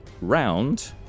round